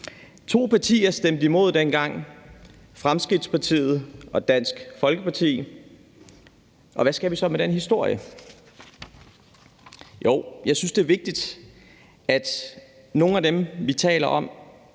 To partier stemte imod dengang – Fremskridtspartiet og Dansk Folkeparti. Og hvad skal vi så med den historie? Jo, jeg synes, det er vigtigt, at nogle af dem, vi taler om